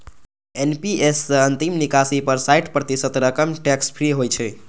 NPS सं अंतिम निकासी पर साठि प्रतिशत रकम टैक्स फ्री होइ छै